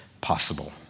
possible